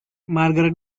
margaret